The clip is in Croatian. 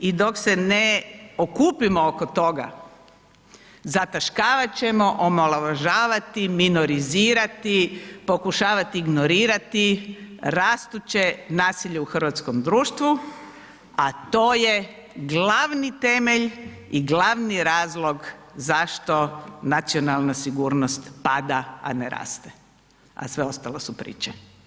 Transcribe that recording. I dok se ne okupimo oko toga, zataškavat ćemo, omalovažavati, minorizirati, pokušavati ignorirati rastuće nasilje u hrvatskom društvu, a to je glavni temelj i glavni razlog zašto nacionalna sigurnost pada, a ne raste, a sve ostalo su priče.